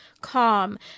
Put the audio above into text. calm